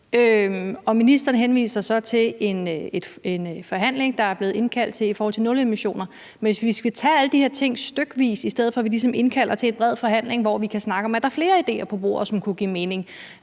Ministeren henviser så til en forhandling, der er blevet indkaldt til, i forhold til nulemissionszoner. Alle de ting er stykvis, i stedet for at vi ligesom indkalder til en bred forhandling, hvor vi kan snakke om, om der er flere idéer på bordet, som kunne give mening.